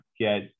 get